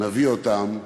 נביא אותם.